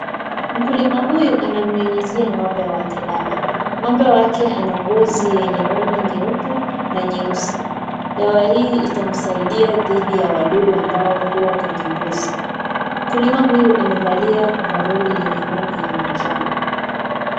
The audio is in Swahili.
Mkulima huyu anamyuyizia ng'ombe wake dawa, ng'ombe wake anangozi yenye rangi nyeupe na nyeusi, dawa hii itamsaidia dithi ya wadudu ambao huwa kwenye Ngozi, mkulima huyu amevalia overalli yenye rangi ya manjano.